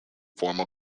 formal